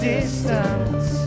Distance